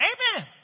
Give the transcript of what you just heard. Amen